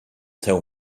tell